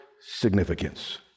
significance